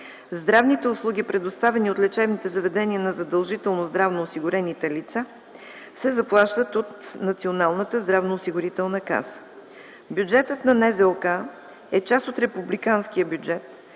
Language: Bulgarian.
здравните услуги, предоставени от лечебните заведения на задължително здравноосигурените лица, се заплащат от Националната здравноосигурителна каса. Бюджетът на НЗОК е част от републиканския бюджет